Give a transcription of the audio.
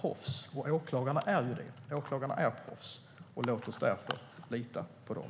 Och åklagarna är proffs. Låt oss därför lita på dem.